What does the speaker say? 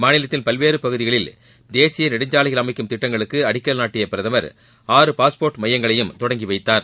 மாநிலத்தின் பல்வேறு பகுதிகளில் தேசிய நெடுஞ்சாலைகள் அமைக்கும் திட்டங்களுக்கு அடிக்கல் நாட்டிய பிரதமர் ஆறு பாஸ்போர்ட் மையங்களையும் தொடங்கி வைத்தார்